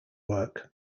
work